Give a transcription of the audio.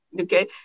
Okay